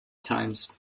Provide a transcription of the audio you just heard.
times